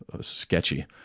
sketchy